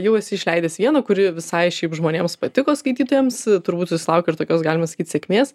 jau esi išleidęs vieną kuri visai šiaip žmonėms patiko skaitytojams turbūt susilaukei ir tokios galima sakyt sėkmės